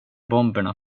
bomberna